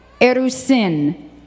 erusin